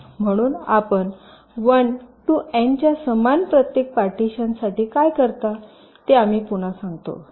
म्हणून आपण 1 ते n च्या समान प्रत्येक पार्टीशनसाठी काय करता ते आम्ही पुन्हा सांगतो